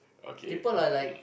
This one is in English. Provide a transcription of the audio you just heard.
okay